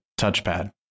touchpad